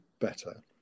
better